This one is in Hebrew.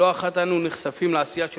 לא אחת אנו נחשפים לעשייה של